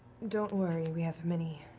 don't worry, we have many